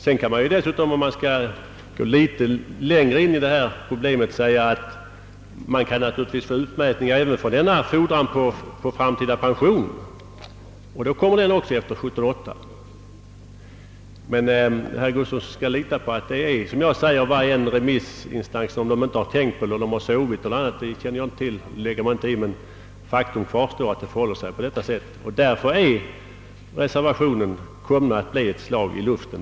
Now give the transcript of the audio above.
Man kan dessutom, om man nu önskar tränga längre in i detta problem, säga att man kan få utmätning även för framtida pension och det blir då förmånsrätt enligt 17:8. Herr Gustafsson kan lita på att det är som jag säger. Jag känner inte till om remissinstanserna sovit, men faktum kvarstår att det förhåller sig på detta sätt. Därför kommer reservationen att bli ett slag i luften.